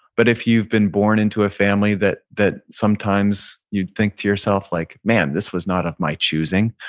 but if you've been born into a family that that sometimes you think to yourself, like man, this was not of my choosing,